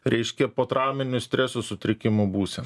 reiškia potrauminio streso sutrikimo būsen